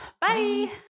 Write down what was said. bye